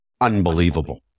unbelievable